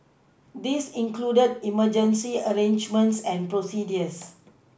this included emergency arrangements and procedures